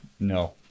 No